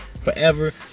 forever